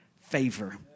favor